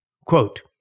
Quote